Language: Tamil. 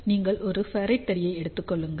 நீங்கள் ஒரு ஃபெரைட் தடியை எடுத்துக் கொள்ளுங்கள்